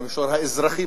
במישור האזרחי,